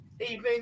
Evening